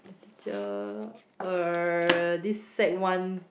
teacher this sec one